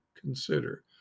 Consider